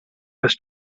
has